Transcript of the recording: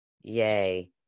yay